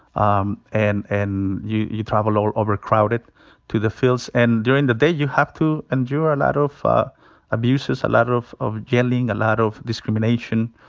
um and and you you travel overcrowded to the fields. and during the day, you have to endure a lot of ah abuses, a lot of of yelling, a lot of discrimination.